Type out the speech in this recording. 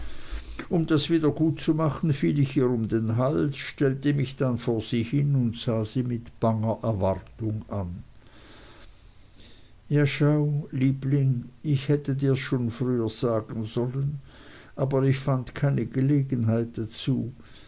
um das wieder gutzumachen fiel ich ihr um den hals stellte mich dann vor sie hin und sah sie mit banger erwartung an ja schau liebling ich hätte dirs schon früher sagen sollen aber ich fand keine gelegenheit dazu